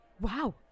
Wow